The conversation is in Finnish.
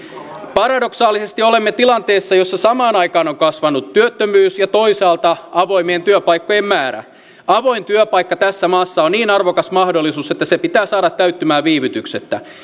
paradoksaalisesti olemme tilanteessa jossa samaan aikaan on kasvanut toisaalta työttömyys ja toisaalta avoimien työpaikkojen määrä avoin työpaikka tässä maassa on niin arvokas mahdollisuus että se pitää saada täyttymään viivytyksettä